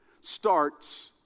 starts